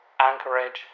Anchorage